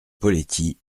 poletti